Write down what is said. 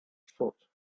foot